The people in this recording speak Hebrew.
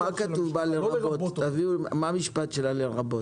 מה אומר המשפט עם ה"לרבות"?